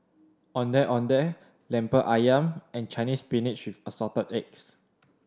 Ondeh Ondeh Lemper Ayam and Chinese Spinach with Assorted Eggs